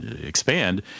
expand